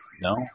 No